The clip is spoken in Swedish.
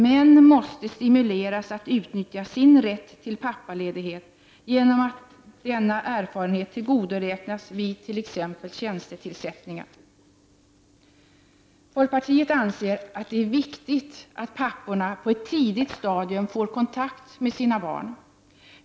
Männen måste stimuleras att utnyttja sin rätt till pappaledighet genom att denna erfarenhet tillgodoräknas vid t.ex. tjänstetillsättningar. Folkpartiet anser, att det är viktigt att papporna på ett tidigt stadium får kontakt med sina barn.